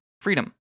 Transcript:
Freedom